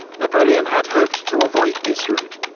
napoleon had hoped to avoid this route,